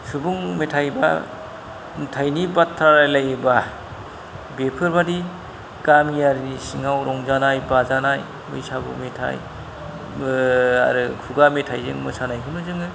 सुबुं मेथाय बा मेथायनि बाथ्रा रायलायोबा बेफोरबादि गामियारिनि सिङाव रंजानाय बाजानाय बैसागु मेथाय आरो खुगा मेथायजों मोसानायखौनो जोङो